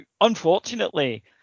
unfortunately